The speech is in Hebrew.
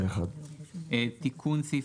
תיקון סעיף